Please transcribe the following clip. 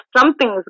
something's